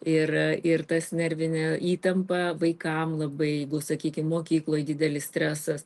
ir ir tas nervinė įtampa vaikam labai jeigu sakykim mokykloj didelis stresas